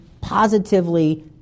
positively